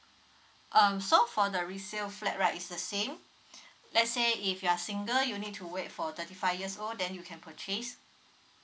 um so for the resale flat right is the same let's say if you're single you need to wait for thirty five years old then you can purchase